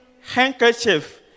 handkerchief